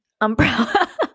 umbrella